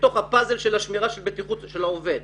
ממערך השמירה על בטיחות העובד,